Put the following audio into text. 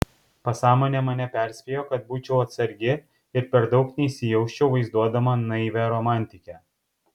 pasąmonė mane perspėjo kad būčiau atsargi ir per daug neįsijausčiau vaizduodama naivią romantikę